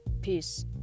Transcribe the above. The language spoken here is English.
peace